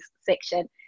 section